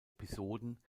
episoden